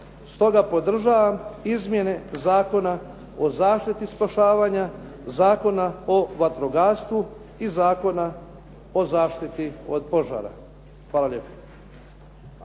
Stoga podržavam izmjene Zakona o zaštiti spašavanja, Zakona o vatrogastvu i Zakona o zaštiti od požara. Hvala lijepo.